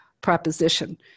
proposition